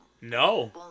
No